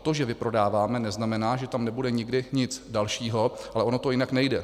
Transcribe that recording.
To, že vyprodáváme, neznamená, že tam nebude nikdy nic dalšího, ale ono to jinak nejde.